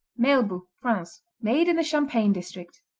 meilbou france made in the champagne district.